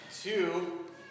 Two